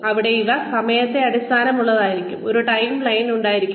അവിടെ അവ സമയത്തെ അടിസ്ഥാനമാക്കിയുള്ളതായിരിക്കണം ഒരു ടൈംലൈൻ ഉണ്ടായിരിക്കണം